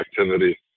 activity